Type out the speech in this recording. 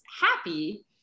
happy